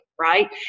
right